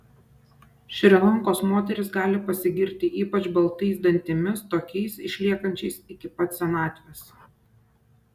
šri lankos moterys gali pasigirti ypač baltais dantimis tokiais išliekančiais iki pat senatvės